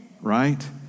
right